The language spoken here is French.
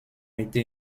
été